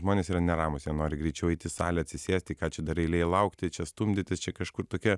žmonės yra neramūs jie nori greičiau įeit į salę atsisėsti ką čia dar eilėj laukti čia stumdytis čia kažkur tokie